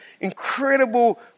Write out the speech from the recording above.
incredible